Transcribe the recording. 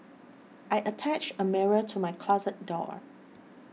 I attached a mirror to my closet door